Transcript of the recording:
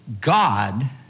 God